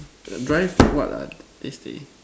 drive what ah they say